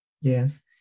Yes